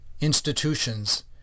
institutions